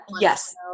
yes